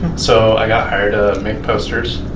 so i got hired to make posters,